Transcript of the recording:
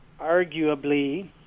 arguably